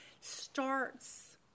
starts